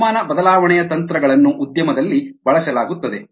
ತಾಪಮಾನ ಬದಲಾವಣೆಯ ತಂತ್ರಗಳನ್ನು ಉದ್ಯಮದಲ್ಲಿ ಬಳಸಲಾಗುತ್ತದೆ